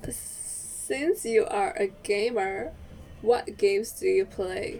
since you are a gamer what games do you play